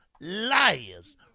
liars